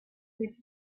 with